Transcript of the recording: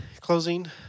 closing